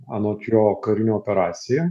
anot jo karinė operacija